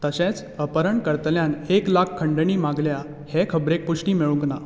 तशेंच अपहरण करतल्यान एक लाख खंडणी मागल्या हे खबरेक पुष्टी मेळूंक ना